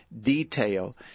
detail